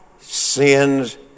Sin's